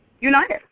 united